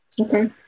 Okay